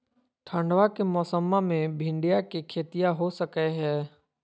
ठंडबा के मौसमा मे भिंडया के खेतीया हो सकये है?